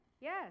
Yes